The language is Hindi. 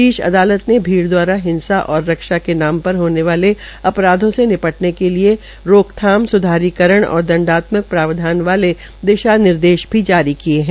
शीर्ष अदालत ने भीड़ की हिंसा और रक्षा के नाम पर होने वाले अपराधों से निपटने के लिए रोकथाम स्धारीकरण और दंडात्मक प्रावधान करने वाले दिशा निर्देश भी जारी किये है